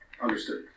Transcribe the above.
Understood